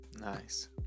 Nice